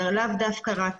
ולאו דווקא רק